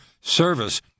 service